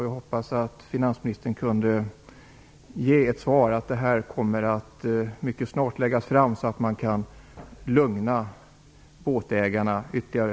Jag hoppas att finansministern kan ge ett besked om att detta kommer att läggas fram mycket snart, så att man kan lugna båtägarna ytterligare.